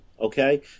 okay